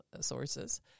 sources